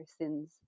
sins